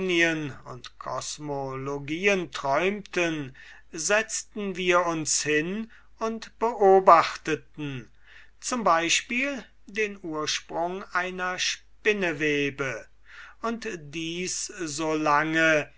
und kosmologien träumten setzten wir uns hin und beobachteten zum exempel den ursprung einer spinnewebe und dies so lange